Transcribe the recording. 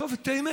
לחשוף את האמת?